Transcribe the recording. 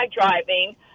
driving